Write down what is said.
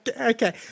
okay